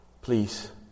Please